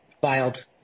filed